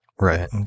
Right